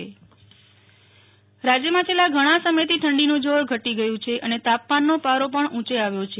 નેહલ ઠક્કર હવામાન રાજ્યમાં છેલ્લા ઘણા સમયથી ઠંડીનું જોર ઘટી ગયું છે અને તાપમાનનો પારો પણ ઊંચે આવ્યો છે